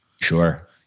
sure